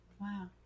Wow